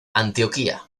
antioquia